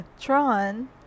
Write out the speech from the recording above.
Tron